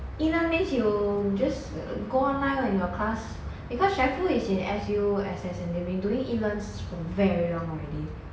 E learn means you just go online or in your class because xuan pu is in S_U_S_S and they've been doing e-learning for very long already